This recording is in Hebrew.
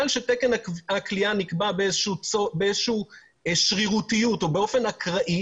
שתקן הכליאה נקבע בשרירותיות או באופן אקראי.